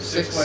Six